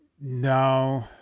no